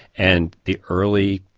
and the early,